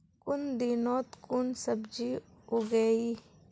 कुन दिनोत कुन सब्जी उगेई?